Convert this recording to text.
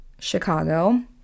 Chicago